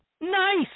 nice